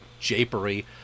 japery